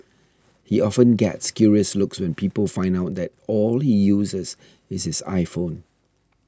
he often gets curious looks when people find out that all he uses is his iPhone